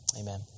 amen